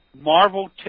Marvel